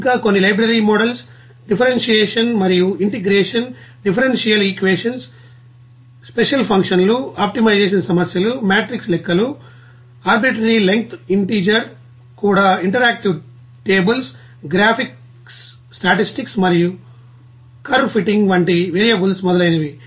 ఇంకా కొన్ని library models differentiation మరియు ఇంటిగ్రేషన్ డిఫరెన్షియల్ ఈక్వేషన్స్ స్పెషల్ ఫంక్షన్లు ఆప్టిమైజేషన్ సమస్యలు మ్యాట్రిక్స్ లెక్కలు ఆర్బిట్రేరీ లెంగ్త్ ఇంటిజర్ కూడా ఇంటరాక్టివ్ టేబుల్స్ గ్రాఫిక్స్ స్టాటిస్టిక్స్ మరియు కర్వ్ ఫిట్టింగ్ వంటి వేరియబుల్స్ మొదలైనవి